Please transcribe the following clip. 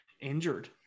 injured